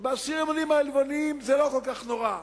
ובעשירונים העליונים זה לא כל כך נורא.